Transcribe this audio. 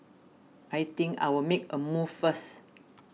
I think I will make a move first